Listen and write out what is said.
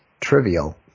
trivial